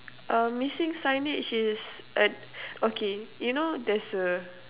um missing signage is uh okay you know there's a